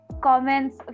comments